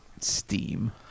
steam